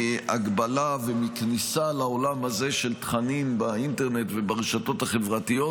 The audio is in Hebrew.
מהגבלה ומכניסה לעולם הזה של תכנים באינטרנט וברשתות החברתיות,